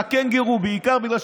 את הקנגורו בעיקר,